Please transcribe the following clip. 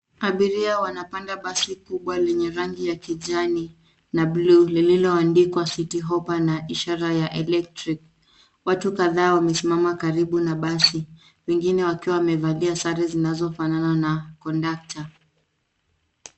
Abiria wanapanda basi kubwa lenye rangi ya kijani na bluu lililoandikwa City Hoppa na ishara ya electric . Watu kadhaa wamesimama karibu na basi, wengine wakiwa wamevalia sare zinazofanana na kondakta.